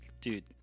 dude